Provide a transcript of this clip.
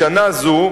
בשנה זו,